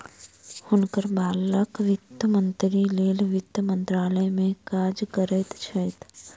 हुनकर बालक वित्त मंत्रीक लेल वित्त मंत्रालय में काज करैत छैथ